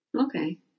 Okay